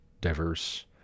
diverse